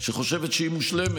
שחושבת שהיא מושלמת,